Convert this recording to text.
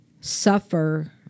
suffer